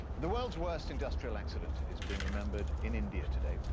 the world's worst industrial accident is being remembered in india today.